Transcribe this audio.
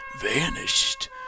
vanished